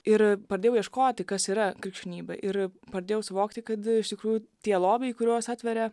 ir pradėjau ieškoti kas yra krikščionybė ir pradėjau suvokti kad iš tikrųjų tie lobiai kuriuos atveria